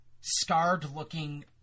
scarred-looking